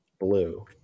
blue